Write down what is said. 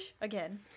again